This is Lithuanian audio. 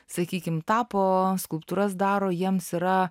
sakykim tapo skulptūras daro jiems yra